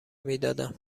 میدادم